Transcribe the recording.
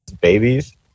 babies